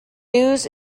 news